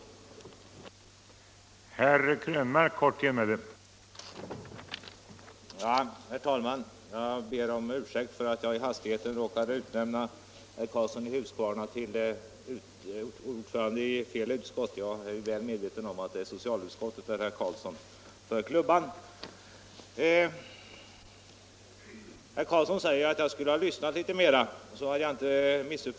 gen, m.m.